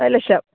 A lakh